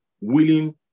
willing